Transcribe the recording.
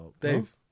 Dave